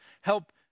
help